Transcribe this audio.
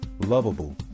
lovable